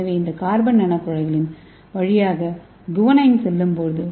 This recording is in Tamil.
எனவே இந்த கார்பன் நானோகுழாய்களின் வழியாக குவானைன் செல்லும் போது